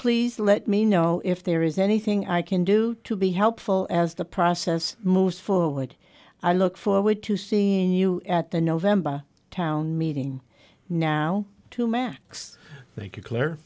please let me know if there is anything i can do to be helpful as the process moves forward i look forward to seeing you at the november town meeting now to max thank you clear